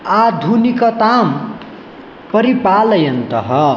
आधुनिकतां परिपालयन्तः